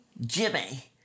Jimmy